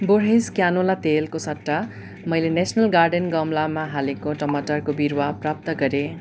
Borges canola तेलको सट्टा मैले नेसनल गार्डन गमलामा हालेको टमाटरको बिरुवा प्राप्त गरेँ